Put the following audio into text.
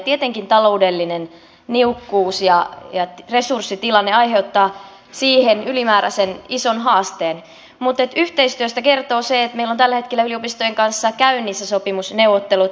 tietenkin taloudellinen niukkuus ja resurssitilanne aiheuttaa siihen ylimääräisen ison haasteen mutta yhteistyöstä kertoo se että meillä on tällä hetkellä yliopistojen kanssa käynnissä sopimusneuvottelut